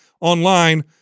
online